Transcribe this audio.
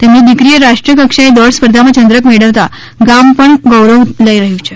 તેમની દિકરીએ રાષ્ટ્રકક્ષાએ દોડ સ્પર્ધામાં ચંદ્રક મેળવતાં ગામ પણ ગૌરવ લઈ રહ્યું છે